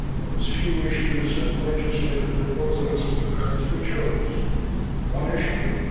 or as few, issues and legislative proposals as we chose one issue,